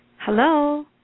Hello